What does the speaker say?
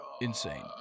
insane